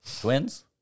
Twins